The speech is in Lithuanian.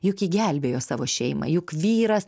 juk ji gelbėjo savo šeimą juk vyras